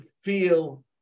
feel